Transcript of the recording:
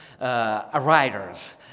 writers